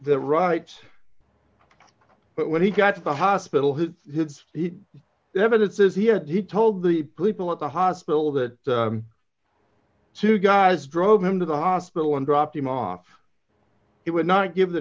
the right but when he got to the hospital he has the evidence is he had he told the people at the hospital that two guys drove him to the hospital and dropped him off he would not give the